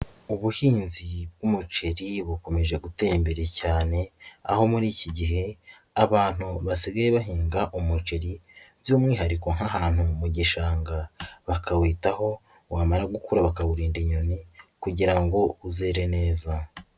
Ubuhinzi bw'umuceri bukomeje gutera imbere cyane, aho muri iki gihe abantu basigaye bahinga umuceri by'umwihariko nk'ahantu mu gishanga, bakawitaho wamara gukura bakawurinda inyoni kugira ngo uzere neza.